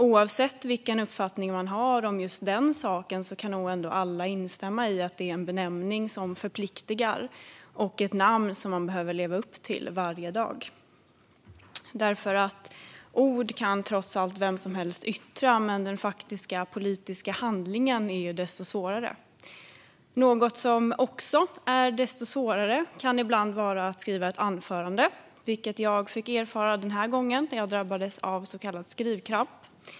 Oavsett vilken uppfattning man har om den saken kan nog alla instämma i att det är en benämning som förpliktar och något man behöver leva upp till varje dag. Ord kan trots allt vem som helst yttra, men faktisk politisk handling är svårare. Något som också kan vara svårt är att skriva ett anförande. Det fick jag erfara när jag inför denna debatt drabbades av så kallad skrivkramp.